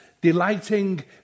delighting